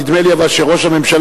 נדמה לי אבל שראש הממשלה,